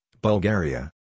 Bulgaria